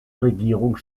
regierung